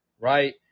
Right